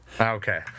Okay